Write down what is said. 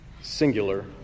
singular